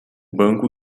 banco